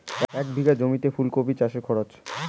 এক বিঘে জমিতে ফুলকপি চাষে খরচ?